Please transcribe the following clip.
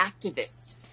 activist